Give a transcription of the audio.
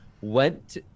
went